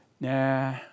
nah